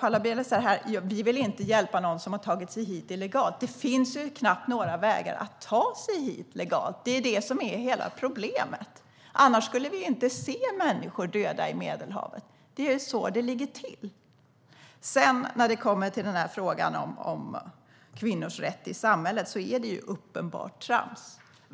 Paula Bieler säger att man inte vill hjälpa någon som har tagit sig hit illegalt. Det finns knappt några vägar att ta sig hit legalt. Det är det som är problemet. Annars skulle vi inte se döda människor i Medelhavet. Det är så det ligger till. När vi kommer till frågan om kvinnors rätt i samhället är det som sägs uppenbart trams.